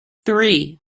three